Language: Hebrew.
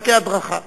גם כהדרכה.